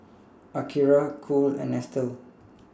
Akira Cool and Nestle